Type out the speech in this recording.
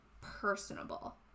personable